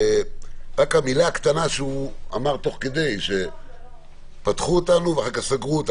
רק המילה הקטנה שהוא אמר תוך כדי "פתחו אותנו ואחר כך סגרו".